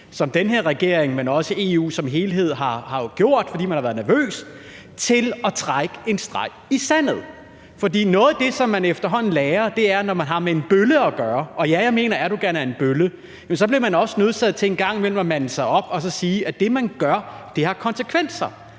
som den her regering, men også EU som helhed har haft, fordi man har været nervøs, og trække en streg i sandet. For noget af det, som man efterhånden lærer, er, at når man har med en bølle at gøre – og jeg mener, at Erdogan er en bølle – bliver man også nødsaget til en gang imellem at mande sig op og sige, at det, han gør, har konsekvenser.